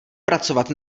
pracovat